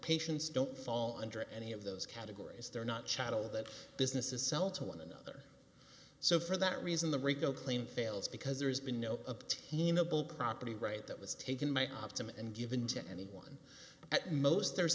patients don't fall under any of those categories they're not chattel that businesses sell to one another so for that reason the rico claim fails because there's been no a team noble property right that was taken by optima and given to anyone at most there's